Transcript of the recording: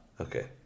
Okay